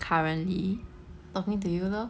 currently talking to you lor